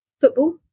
football